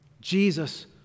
Jesus